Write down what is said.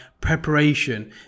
Preparation